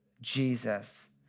Jesus